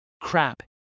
Crap